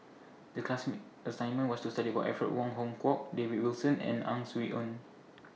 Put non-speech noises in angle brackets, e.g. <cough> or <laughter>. The class <unintelligible> assignment was to study about Alfred Wong Hong Kwok David Wilson and Ang Swee Aun